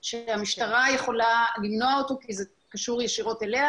שהמשטרה יכולה למנוע אותו כי זה קשור ישירות אליה.